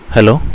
Hello